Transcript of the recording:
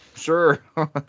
sure